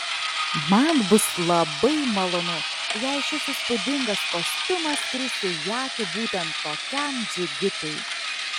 man bus labai malonu jei šis įspūdingas kostiumas kris į akį būtent tokiam džigitui